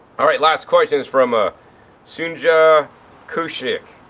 alright, last question is from ah sunja kushik.